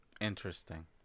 Interesting